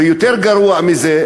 ויותר גרוע מזה,